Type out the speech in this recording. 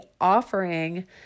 offering